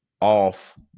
off